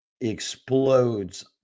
explodes